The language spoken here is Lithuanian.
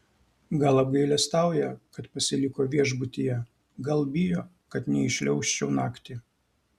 gal apgailestauja kad pasiliko viešbutyje gal bijo kad neįšliaužčiau naktį